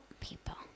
people